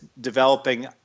developing